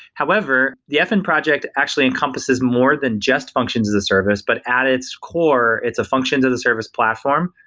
however, the fn project actually encompasses more than just functions as a service, but at its core, it's a functions as a service platform,